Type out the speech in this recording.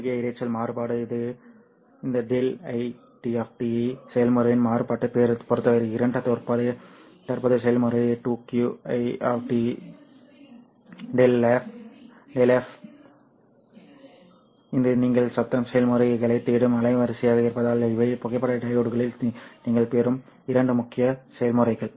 எனவே இது குறுகிய இரைச்சல் மாறுபாடு இந்த ΔI d செயல்முறையின் மாறுபாட்டைப் பொறுத்தவரை இருண்ட தற்போதைய செயல்முறை 2q 'I d Δf ஆல் வழங்கப்படுகிறது இது நீங்கள் சத்தம் செயல்முறைகளைத் தேடும் அலைவரிசையாக இருப்பதால் இவை புகைப்பட டையோட்களில் நீங்கள் பெறும் இரண்டு முக்கிய செயல்முறைகள்